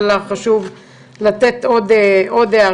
היה לך חשוב לתת עוד הערה.